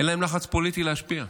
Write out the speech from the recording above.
אין להם לחץ פוליטי להשפיע.